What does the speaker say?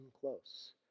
close